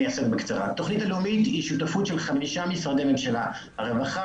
התכנית הלאומית היא שותפות של חמישה משרדי ממשלה הרווחה,